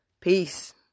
Peace